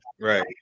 Right